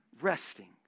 Resting